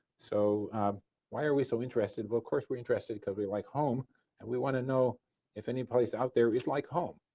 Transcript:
so why are we so interested? but we're interested because we like home and we want to know if any place out there is like home.